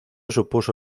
supuso